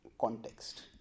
context